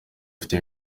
dufite